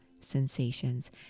sensations